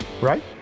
Right